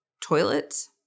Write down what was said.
toilets